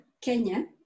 Kenya